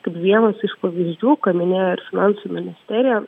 kaip vienas iš pavyzdžių ką minėjo ir finansų ministerija